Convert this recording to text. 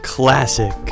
classic